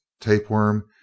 Tapeworm